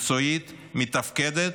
מקצועית, מתפקדת.